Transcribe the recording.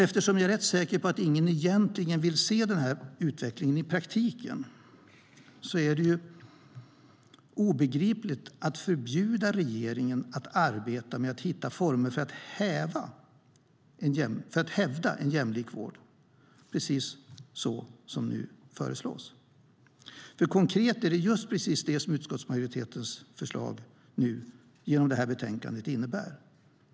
Eftersom jag är ganska säker på att ingen egentligen vill se den här utvecklingen i praktiken är det obegripligt att förbjuda regeringen att arbeta med att hitta former för att hävda en jämlik vård, precis som nu föreslås. Konkret är det just det som utskottsmajoritetens förslag i detta betänkande innebär.